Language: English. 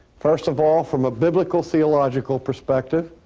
first of all from a biblical theological perspective,